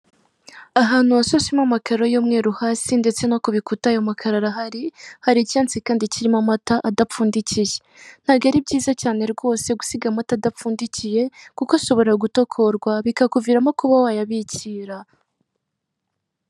Ahantu hashashemo amakaro y'umweru hasi ndetse no ku bikuta ayo makaro arahari, hari icyansi kandi kirimo amata adapfundikiye, ntabwo ari byiza cyane rwose gusiga amata adapfundikiye kuko ashobora gutokorwa bikakuviramo kuba wayabikira.